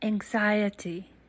Anxiety